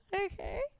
Okay